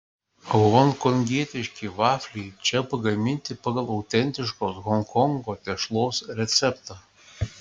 honkongietiški vafliai čia pagaminti pagal autentiškos honkongo tešlos receptą